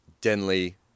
Denley